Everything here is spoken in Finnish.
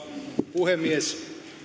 puhemies